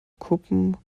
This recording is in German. kuppen